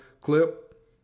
clip